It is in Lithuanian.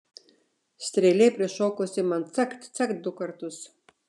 strėlė prišokusi man cakt cakt du kartus